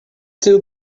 too